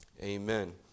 Amen